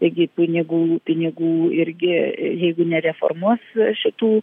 taigi pinigų pinigų irgi jeigu nereformuos šitų